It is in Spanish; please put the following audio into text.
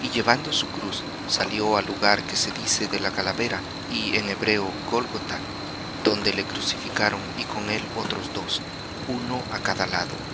y llevando su cruz salió al lugar que se dice de la calavera y en hebreo gólgotha donde le crucificaron y con él otros dos uno á cada lado